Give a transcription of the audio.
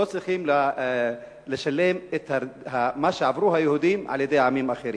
לא צריכים לשלם את מה שעברו היהודים על-ידי עמים אחרים.